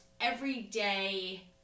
everyday